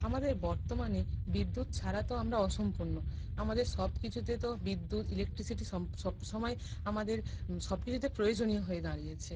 আমাদের বর্তমানে বিদ্যুৎ ছাড়া তো আমরা অসম্পূর্ণ আমাদের সব কিছুতে তো বিদ্যুৎ ইলেকট্রিসিটি সম সব সমায় আমাদের সব কিছুতে প্রয়োজনীয় হয়ে দাঁড়িয়েছে